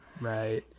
Right